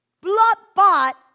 Blood-bought